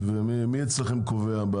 מי אצלכם קובע,